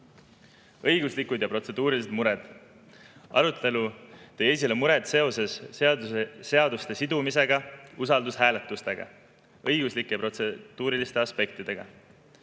Õiguslikud ja protseduurilised mured. Arutelu tõi esile mure seoses seaduste usaldushääletusega sidumise õiguslike, protseduuriliste aspektidega.